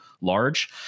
large